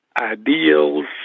ideals